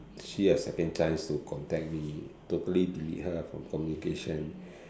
she a second chance to contact me totally delete her from communication